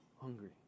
hungry